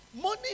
Money